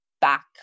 back